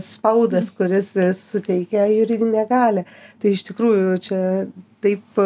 spaudas kuris suteikia juridinę galią tai iš tikrųjų čia taip